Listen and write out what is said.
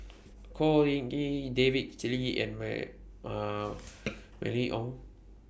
Khor Ean Ghee David Lee and May Mylene Ong